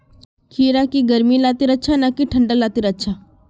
खीरा की गर्मी लात्तिर अच्छा ना की ठंडा लात्तिर अच्छा?